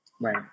Right